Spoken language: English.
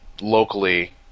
locally